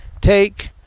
take